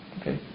Okay